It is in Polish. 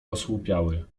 osłupiały